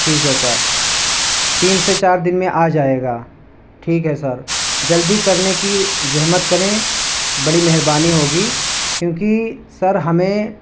ٹھیک ہے سر تین سے چار دن میں آ جائے گا ٹھیک ہے سر جلدی کرنے کی زحمت کریں بڑی مہربانی ہوگی کیوںکہ سر ہمیں